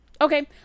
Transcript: Okay